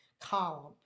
column